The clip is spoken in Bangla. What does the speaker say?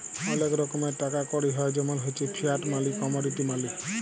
ওলেক রকমের টাকা কড়ি হ্য় জেমল হচ্যে ফিয়াট মালি, কমডিটি মালি